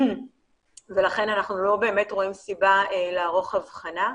ולכן אנחנו לא באמת רואים סיבה לערוך הבחנה.